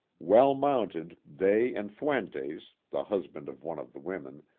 well mounted, they and fuentes, the husband of one of the women,